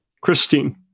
Christine